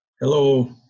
Hello